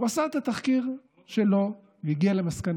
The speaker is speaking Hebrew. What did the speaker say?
הוא עשה את התחקיר שלו והגיע למסקנה,